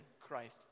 Christ